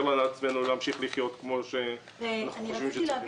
לעצמנו להמשיך לחיות כפי שאנחנו חושבים שצריך.